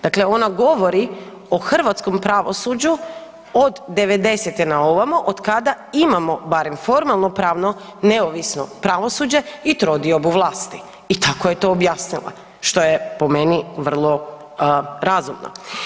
Dakle, ona govori o hrvatskom pravosuđu od 90-te na ovamo od kada imamo barem formalnopravno neovisno pravosuđe i trodiobu vlasti i tako je to objasnila, što je po meni vrlo razumno.